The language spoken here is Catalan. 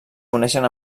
coneixen